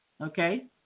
Okay